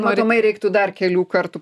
matomai reiktų dar kelių kartų